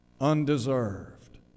undeserved